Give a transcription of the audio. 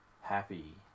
happy